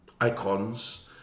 icons